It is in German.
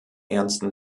ernsten